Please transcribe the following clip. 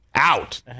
Out